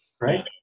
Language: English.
right